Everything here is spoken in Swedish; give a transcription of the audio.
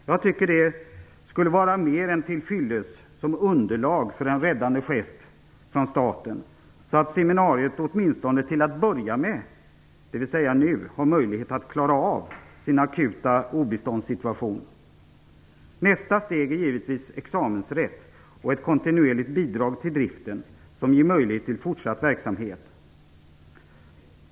Jag tycker att det skulle vara mer än till fyllest som underlag för en räddande gest från staten, så att seminariet åtminstone till att börja med, dvs. nu, har möjlighet att klara av sin akuta obeståndssituation. Nästa steg är givetvis examensrätt och ett kontinuerligt bidrag till driften som ger möjlighet till fortsatt verksamhet.